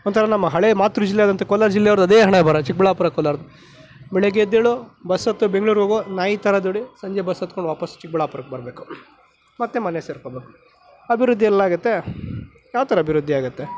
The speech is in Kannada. ಒಂಥರ ನಮ್ಮ ಹಳೇ ಮಾತೃ ಜಿಲ್ಲೆಯಾದಂಥ ಕೋಲಾರ ಜಿಲ್ಲೆಯವ್ರದ್ದು ಅದೇ ಹಣೆಬರಹ ಚಿಕ್ಕಬಳ್ಳಾಪುರ ಕೋಲಾರದ್ದು ಬೆಳಿಗ್ಗೆ ಎದ್ದೇಳು ಬಸ್ ಹತ್ತು ಬೆಂಗ್ಳೂರ್ಗೋಗು ನಾಯಿ ಥರ ದುಡಿ ಸಂಜೆ ಬಸ್ ಹತ್ಕೊಂಡು ವಾಪಸ್ ಚಿಕ್ಕಬಳ್ಳಾಪುರಕ್ಕೆ ಬರಬೇಕು ಮತ್ತೆ ಮನೆ ಸೇರ್ಕೋಬೇಕು ಅಭಿವೃದ್ಧಿ ಎಲ್ಲಾಗತ್ತೆ ಯಾವ ಥರ ಅಭಿವೃದ್ಧಿ ಆಗತ್ತೆ